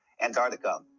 Antarctica